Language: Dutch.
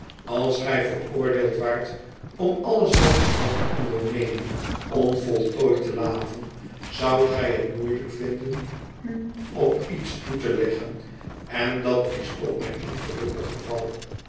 als gij veroordeeld waart om alles wat ge mocht ondernemen onvoltooid te laten zoudt gij het moeielijk vinden u op iets toe te leggen en dat is toch mijn ongelukkig geval